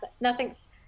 nothing's